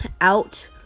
out